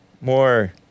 more